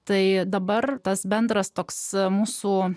tai dabar tas bendras toks mūsų